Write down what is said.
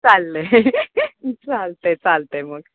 चाललं आहे चालतं आहे चालतं आहे मग